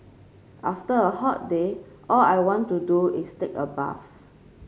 after a hot day all I want to do is take a bath